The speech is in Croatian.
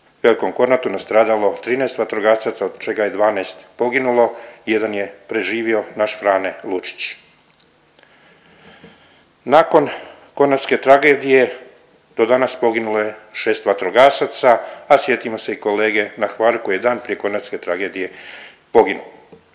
Velikom Kornatu nastradalo 13 vatrogasaca od čega je 12 poginulo i jedan je preživio naš Frane Lučić. Nakon kornatske tragedije do danas poginulo je 6 vatrogasaca, a sjetimo se i kolege na Hvaru koji je dan prije kornatske tragedije poginuo.